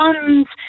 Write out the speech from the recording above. funds